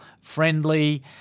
friendly